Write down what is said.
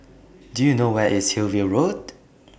Do YOU know Where IS Hillview Road